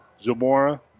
Zamora